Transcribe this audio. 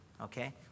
Okay